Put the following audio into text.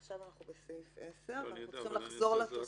עכשיו אנחנו בסעיף 10 ואנחנו צריכים לחזור לתוספות.